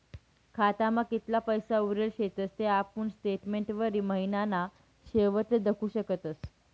खातामा कितला पैसा उरेल शेतस ते आपुन स्टेटमेंटवरी महिनाना शेवटले दखु शकतस